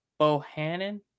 Bohannon